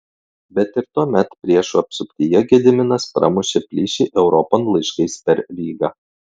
bet ir tuomet priešų apsuptyje gediminas pramušė plyšį europon laiškais per rygą